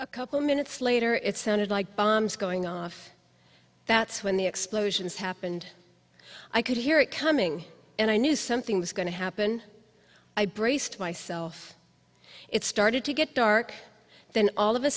a couple minutes later it sounded like bombs going off that's when the explosions happened i could hear it coming and i knew something was going to happen i braced myself it started to get dark then all of a